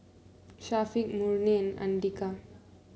Syafiq Murni and Andika